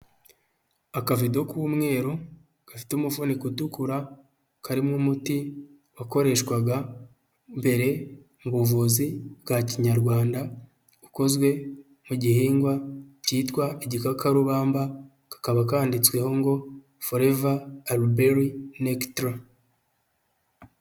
Akavudo k'umweru gafite umufuniko utukura karimo umuti wakoreshwaga mbere mu buvuzi bwa kinyarwanda, ukozwe mu gihingwa kitwa igikakarubamba kakaba kandiditsweho ngo foreva aruberi nekitra.